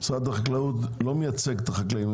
משרד החקלאות לא מייצג את החקלאים,